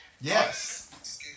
Yes